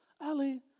Ali